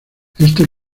este